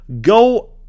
go